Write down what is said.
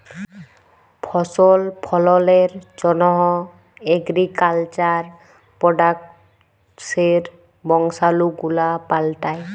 ফসল ফললের জন্হ এগ্রিকালচার প্রডাক্টসের বংশালু গুলা পাল্টাই